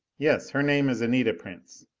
yes. her name is anita prince.